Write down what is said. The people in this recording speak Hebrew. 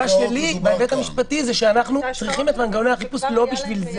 את ההשקעות של הכסף שכבר היה להם ויש להם.